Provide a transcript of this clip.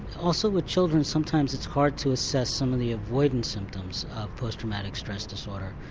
also with children sometimes it's hard to assess some of the avoidant symptoms of post-traumatic stress disorder.